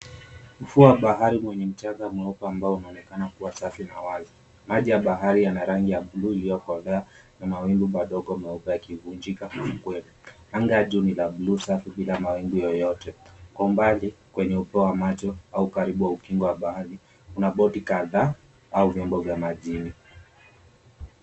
Ufuo wa bahari wenye mchanga mweupe ambao unaonekana kuwa safi na wazi. Maji ya bahari yana rangi ya buluu iliyokolea na mawingu madogo meupe yakivunjika ufukweni. Anga juu ni la bluu usafi bila mawingu yoyote. Kwa mbali, kwenye upeo wa macho au karibu ukingo wa bahari, kuna boti kadhaa au vyombo vya majini.